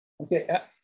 Okay